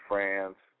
France